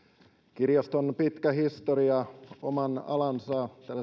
kirjaston pitkä historia tällaisena oman alansa